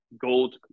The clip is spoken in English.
Gold